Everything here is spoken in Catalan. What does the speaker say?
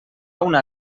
una